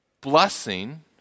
blessing